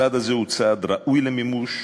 הצעד הזה הוא צעד ראוי למימוש,